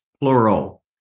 plural